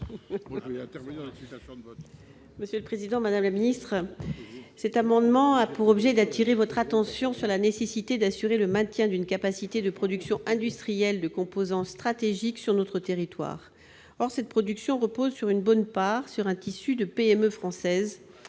Conway-Mouret. Madame la ministre, cet amendement a pour objet d'attirer votre attention sur la nécessité d'assurer le maintien d'une capacité de production industrielle de composants stratégiques sur notre territoire. Or cette production repose, pour une bonne part, sur un tissu de PME françaises.